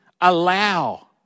allow